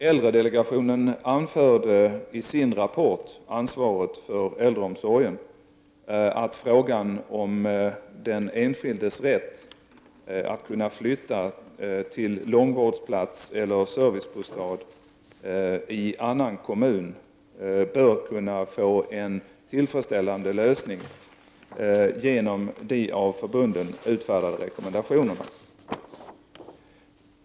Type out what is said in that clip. Äldredelegationen anförde i sin rapport att frågan om den enskildes rätt att kunna flytta till långvårdsplats eller servicebostad i annan kommun bör kunna få en tillfredsställande lösning genom de av förbunden utfärdade rekommendationerna.